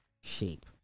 shape